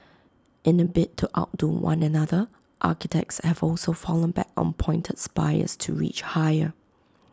in A bid to outdo one another architects have also fallen back on pointed spires to reach higher